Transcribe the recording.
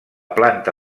planta